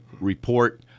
report